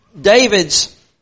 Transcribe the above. David's